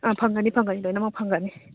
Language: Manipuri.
ꯑꯥ ꯐꯪꯒꯅꯤ ꯐꯪꯒꯅꯤ ꯂꯣꯏꯅꯃꯛ ꯐꯪꯒꯅꯤ